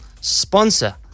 sponsor